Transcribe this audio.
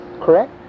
correct